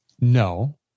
No